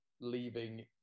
leaving